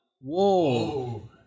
Whoa